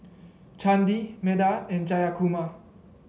Chandi Medha and Jayakumar